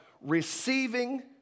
receiving